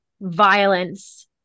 violence